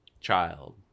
child